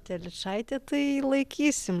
telyčaitę tai laikysim